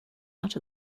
out